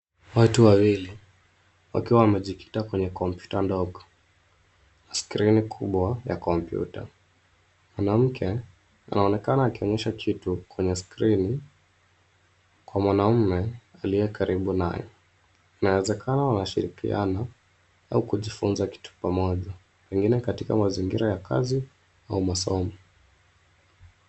Watu wawili wakiwa amejikita kwenye kompyuta ndogo na skrini kubwa ya kompyuta. Mwanamke anaonekana akionyesha kitu kwenye skrini kwa mwanaume aliye karibu naye. Inawezekana wanashirikiana au kujifunza kitu pamoja, pengine katika mazingira ya kazi au masomo.